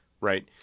right